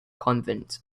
convent